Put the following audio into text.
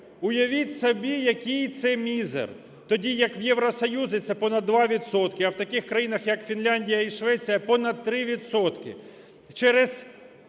Уявіть собі, який це мізер, тоді як в Євросоюзі це понад 2 відсотки, а в таких країнах як Фінляндія і Швеція – понад 3